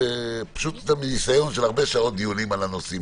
פשוט מניסיון של הרבה שעות דיונים על הנושאים